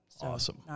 Awesome